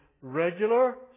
regular